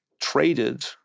traded